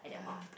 yeah